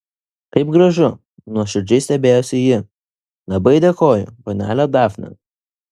kaip gražu nuoširdžiai stebėjosi ji labai dėkoju panele dafne